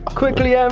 quickly yeah